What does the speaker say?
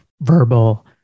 verbal